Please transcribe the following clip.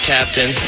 Captain